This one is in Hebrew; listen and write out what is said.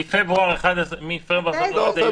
מפברואר 2011 ועד היום.